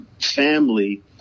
family